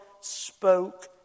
spoke